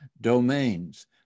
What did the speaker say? domains